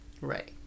Right